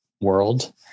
world